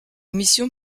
mission